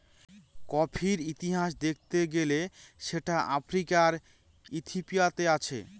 কফির ইতিহাস দেখতে গেলে সেটা আফ্রিকার ইথিওপিয়াতে আছে